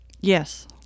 yes